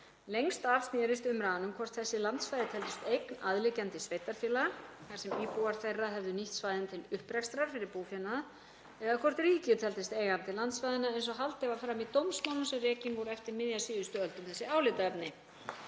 Lengst af snerist umræðan um hvort þessi landsvæði teldust eign aðliggjandi sveitarfélaga, þar sem íbúar þeirra höfðu nýtt svæðin til upprekstrar fyrir búfénað, eða hvort ríkið teldist eigandi landsvæðanna eins og haldið var fram í dómsmálum sem rekin voru eftir miðja síðustu öld um þessi álitaefni.